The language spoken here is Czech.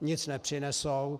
Nic nepřinesou.